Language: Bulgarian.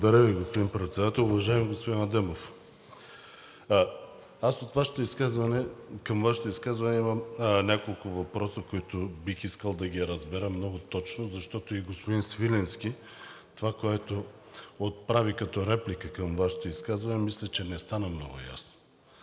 Благодаря Ви, господин Председател! Уважаеми господин Адемов, към Вашето изказване имам няколко въпроса, които бих искал да разбера много точно, защото и господин Свиленски – от това, което отправи като реплика към Вашето изказване мисля, че не стана много ясно.